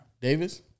Davis